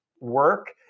work